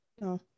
no